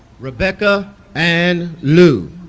rebecca anne liu